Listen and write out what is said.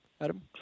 Adam